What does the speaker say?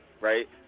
right